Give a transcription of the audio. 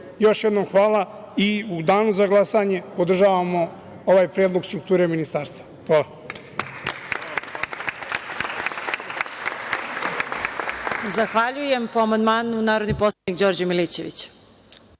Još jednom hvala i u danu za glasanje podržavamo ovaj predlog strukture ministarstava. Hvala.